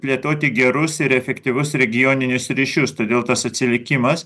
plėtoti gerus ir efektyvius regioninius ryšius todėl tas atsilikimas